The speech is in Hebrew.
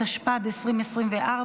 התשפ"ד 2024,